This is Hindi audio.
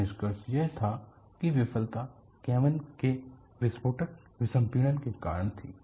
तो निष्कर्ष यह था कि विफलता केबिन के विस्फोटक विसंपिड़न के कारण थी